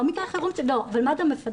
מקרי חירום מד"א מפנה..